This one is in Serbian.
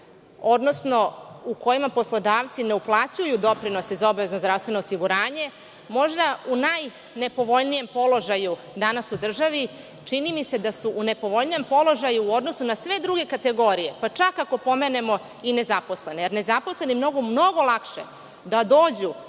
odnosno u kojima poslodavci ne uplaćuju doprinose za obavezno zdravstveno osiguranje, možda u najnepovoljnijem položaju danas u državi, čini mi se da su nepovoljnijem položaju u odnosu na sve druge kategorije, pa čak ako pomenemo i nezaposlene. Jer, nezaposleni mogu mnogo lakše da dođu